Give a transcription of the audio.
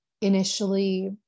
initially